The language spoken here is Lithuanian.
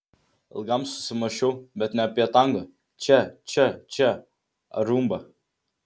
ilgam susimąsčiau bet ne apie tango čia čia čia ar rumbą